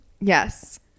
yes